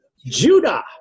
Judah